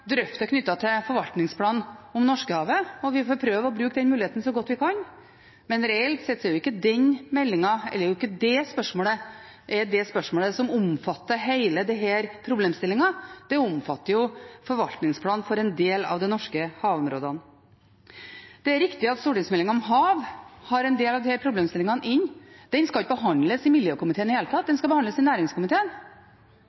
til forvaltningsplanen for Norskehavet, og vi får prøve å bruke den muligheten så godt vi kan. Men reelt sett er det ikke den meldingen, det spørsmålet, som omfatter hele denne problemstillingen. Den omfatter forvaltningsplanen for en del av de norske havområdene. Det er riktig at stortingsmeldingen om hav har en del av disse problemstillingene inne. Den skal ikke behandles i miljøkomiteen i det hele tatt, den skal behandles i næringskomiteen. De